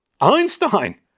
Einstein